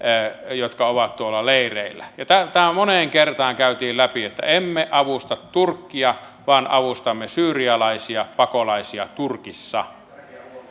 jotka ovat tuolla leireillä tämä moneen kertaan käytiin läpi emme avusta turkkia vaan avustamme syyrialaisia pakolaisia turkissa